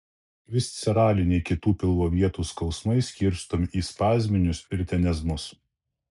visceraliniai kitų pilvo vietų skausmai skirstomi į spazminius ir tenezmus